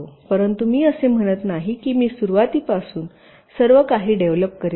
परंतु मी असे म्हणत नाही की मी सुरवातीपासून सर्व काही डेव्हलोप करीत आहे